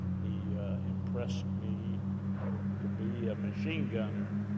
he impressed me to be a machine gunner,